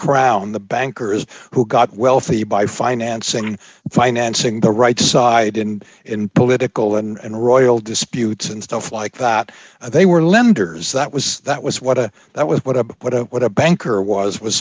the bankers who got wealthy by financing financing the right side and in political and royal disputes and stuff like that they were lenders that was that was what that was what a what a what a banker was was